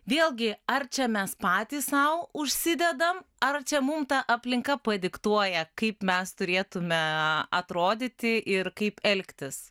vėlgi ar čia mes patys sau užsidedam ar čia mum ta aplinka padiktuoja kaip mes turėtume atrodyti ir kaip elgtis